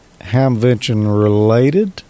Hamvention-related